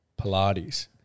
Pilates